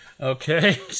Okay